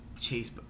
chase